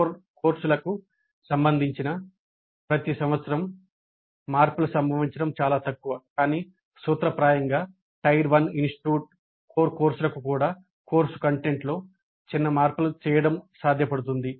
core కోర్సులకు సంబంధించి ప్రతి సంవత్సరం మార్పు లు సంభవించడం చాలా తక్కువ కానీ సూత్రప్రాయంగా టైర్ I ఇన్స్టిట్యూట్ కోర్ కోర్సులకు కూడా కోర్సు కంటెంట్లో చిన్న మార్పులు చేయడం సాధ్యపడుతుంది